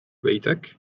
بيتك